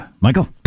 Michael